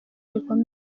rikomeje